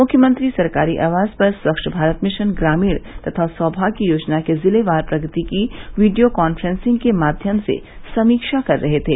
मुख्यमंत्री सरकारी आवास पर स्वच्छ भारत मिशन ग्रामीण तथा सौमाग्य योजना के जिलेवार प्रगति की वीडियो कांफ्रेसिंग के माध्यम से समीक्षा कर रहे थे